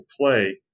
play